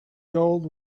gold